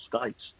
States